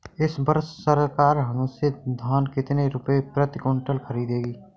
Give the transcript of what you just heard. इस वर्ष सरकार हमसे धान कितने रुपए प्रति क्विंटल खरीदेगी?